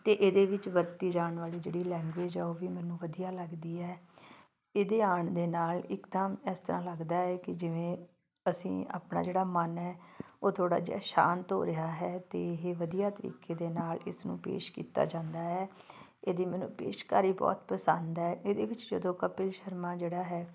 ਅਤੇ ਇਹਦੇ ਵਿੱਚ ਵਰਤੀ ਜਾਣ ਵਾਲੀ ਜਿਹੜੀ ਲੈਂਗੁਏਜ ਹੈ ਉਹ ਵੀ ਮੈਨੂੰ ਵਧੀਆ ਲੱਗਦੀ ਹੈ ਇਹਦੇ ਆਉਣ ਦੇ ਨਾਲ ਇਕਦਮ ਇਸ ਤਰਾਂ ਲੱਗਦਾ ਹੈ ਕਿਜਿਵੇਂ ਅਸੀਂ ਆਪਣਾ ਜਿਹੜਾ ਮਨ ਹੈ ਉਹ ਥੋੜ੍ਹਾ ਜਿਹਾ ਸ਼ਾਂਤ ਹੋ ਰਿਹਾ ਹੈ ਅਤੇ ਇਹ ਵਧੀਆ ਤਰੀਕੇ ਦੇ ਨਾਲ ਇਸਨੂੰ ਪੇਸ਼ ਕੀਤਾ ਜਾਂਦਾ ਹੈ ਇਹਦੀ ਮੈਨੂੰ ਪੇਸ਼ਕਾਰੀ ਬਹੁਤ ਪਸੰਦ ਹੈ ਇਹਦੇ ਵਿੱਚ ਜਦੋਂ ਕਪਿਲ ਸ਼ਰਮਾ ਜਿਹੜਾ ਹੈ